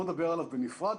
בוא נדבר עליו בנפרד.